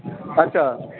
अच्छा